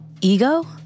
ego